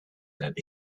that